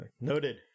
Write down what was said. Noted